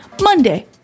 Monday